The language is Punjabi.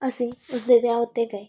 ਅਸੀਂ ਉਸਦੇ ਵਿਆਹ ਉੱਤੇ ਗਏ